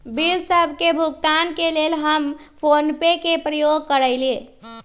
bill सभ के भुगतान के लेल हम फोनपे के प्रयोग करइले